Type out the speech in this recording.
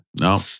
No